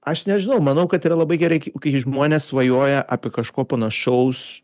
aš nežinau manau kad yra labai gerai kai kai žmonės svajoja apie kažko panašaus